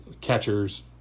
catchers